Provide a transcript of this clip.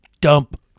dump